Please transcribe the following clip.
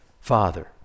father